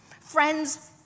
Friends